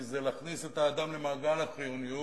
כי זה להכניס את האדם למעגל החיוניות.